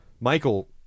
Michael